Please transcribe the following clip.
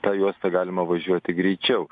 ta juosta galima važiuoti greičiau